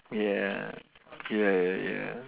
ya ya ya ya